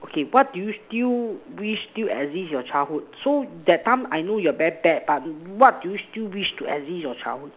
okay what do you still wish still exit your childhood so that time I know you're very bad what but what do you still wish to exist your childhood